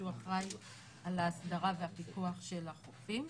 שהוא האחראי על ההסדרה והפיקוח של החופים.